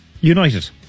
United